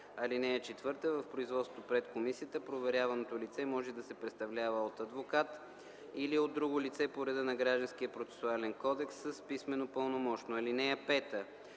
му. (4) В производството пред комисията проверяваното лице може да се представлява от адвокат или от друго лице по реда на Гражданския процесуален кодекс с писмено пълномощно. (5)